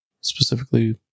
specifically